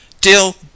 dill